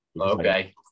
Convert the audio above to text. Okay